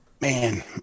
man